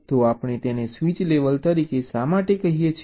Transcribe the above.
તો આપણે તેને સ્વીચ લેવલ તરીકે શા માટે કહીએ છીએ